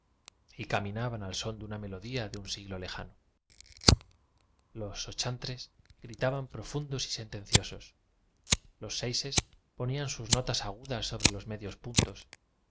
y caminaban al son de una melodía de un siglo lejano los sochantres gritaban profundos y sentenciosos los seises ponían sus notas agudas sobre los medios puntos